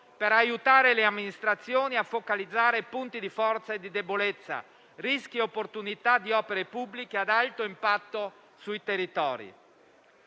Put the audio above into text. per aiutare le amministrazioni a focalizzare punti di forza e di debolezza, rischi e opportunità di opere pubbliche ad alto impatto sui territori.